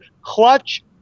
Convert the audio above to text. clutch